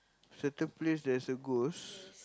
certain place there's a ghost